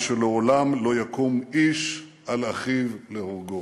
ושלעולם לא יקום איש על אחיו להורגו.